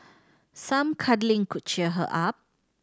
some cuddling could cheer her up